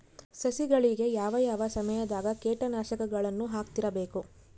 ಸಸಿಗಳಿಗೆ ಯಾವ ಯಾವ ಸಮಯದಾಗ ಕೇಟನಾಶಕಗಳನ್ನು ಹಾಕ್ತಿರಬೇಕು?